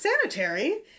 sanitary